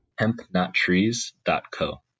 Hempnottrees.co